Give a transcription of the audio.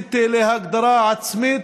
הבסיסית להגדרה עצמית.